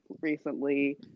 recently